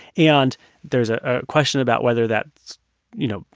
and there's a ah question about whether that's you know,